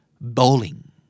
Bowling